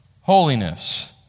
holiness